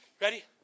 Ready